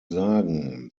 sagen